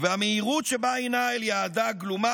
והמהירות שבה היא נעה אל יעדה גלומה